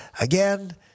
Again